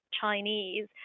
Chinese